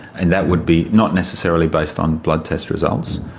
and that would be not necessarily based on blood test results.